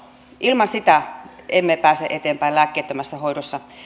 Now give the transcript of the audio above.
ilman sitä emme pääse eteenpäin lääkkeettömässä hoidossa